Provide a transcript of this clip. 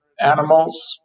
animals